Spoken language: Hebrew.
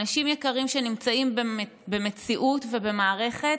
אנשים יקרים שנמצאים במציאות ובמערכת